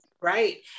Right